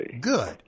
Good